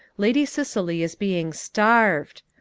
lady cicely is being starved.